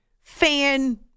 fan